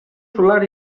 solar